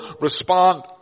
respond